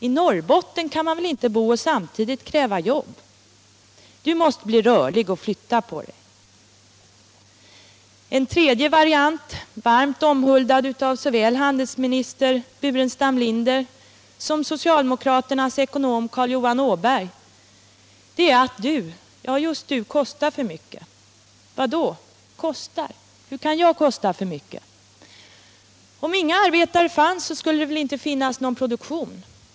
I Norrbotten kan man väl inte bo och samtidigt kräva jobb! Du måste bli rörlig och flytta på dig. En tredje variant, varmt omhuldad av såväl handelsminister Burenstam Linder som socialdemokraternas ekonom Carl-Johan Åberg, är att du, just du, kostar för mycket. Vad då kostar? Hur kan jag kosta för mycket? Om inga arbetare fanns skulle det väl inte finnas någon produktion.